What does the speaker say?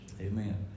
Amen